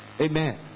amen